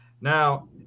now